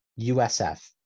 USF